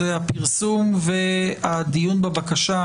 הפרסום והדיון בבקשה,